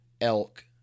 elk